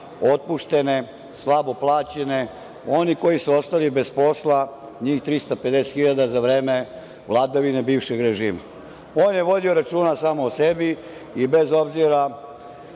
otpuštene, slabo plaćene, oni koji su ostali bez posla, njih 350 hiljada za vreme vladavine bivšeg režima. On je vodio računa samo o sebi i bez obzira